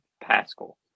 pascal